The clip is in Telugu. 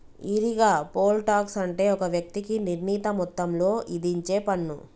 ఈరిగా, పోల్ టాక్స్ అంటే ఒక వ్యక్తికి నిర్ణీత మొత్తంలో ఇధించేపన్ను